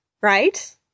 right